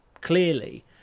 clearly